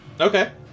Okay